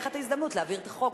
תהיה לך ההזדמנות להעביר את החוק,